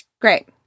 Great